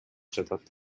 жатат